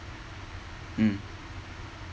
mm